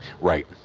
Right